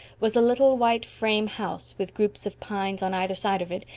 was a little white frame house with groups of pines on either side of it,